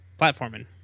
platforming